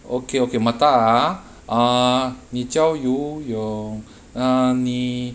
okay okay martha ah uh 你教游泳 uh 你